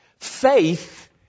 Faith